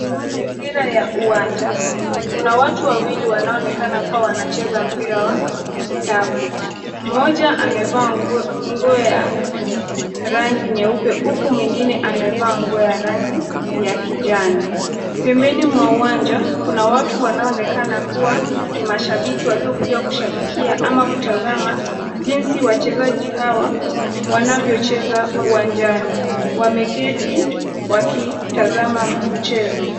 Mazingira ya uwanja. Kuna watu wawili wanaoonekana kuwa wanacheza mpira wa kikapu. Mmoja amevaa nguo ya rangi nyeupe huku mwingine amevaa nguo ya rangi ya kijani. Pembeni mwa uwanja kuna watu wanaoonekana kuwa ni mashabiki waliokuja kushabikia ama kutazama jinsi wachezaji hawa wanavyocheza uwanjani. Wameketi wakitazama mchezo.